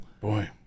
Boy